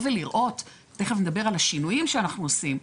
תיכף נדבר על השינויים שאנחנו עושים.